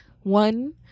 one-